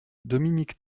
dominique